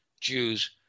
Jews